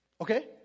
Okay